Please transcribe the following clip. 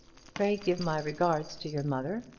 pray give my regards to your mother,